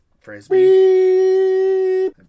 Frisbee